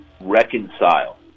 reconcile